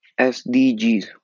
sdgs